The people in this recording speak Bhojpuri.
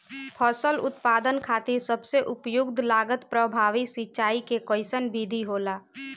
फसल उत्पादन खातिर सबसे उपयुक्त लागत प्रभावी सिंचाई के कइसन विधि होला?